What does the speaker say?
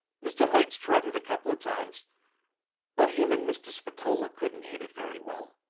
mr. hertz tried it a couple of times but him and mr. spatola couldn't hit it very well.